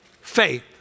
faith